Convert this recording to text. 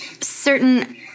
certain